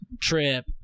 Trip